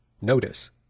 Notice